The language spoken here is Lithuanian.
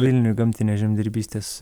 vilniuj gamtinės žemdirbystės